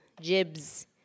jibs